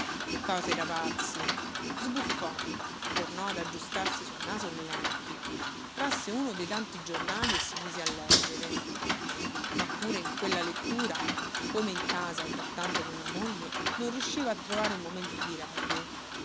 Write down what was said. cose da pazzi sbuffò tornò ad aggiustarsi sul naso le lenti trasse uno dei tanti giornali e si mise a leggere ma pure in quella lettura come in casa trattando con la moglie non riusciva a trovare un momento di requie